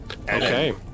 Okay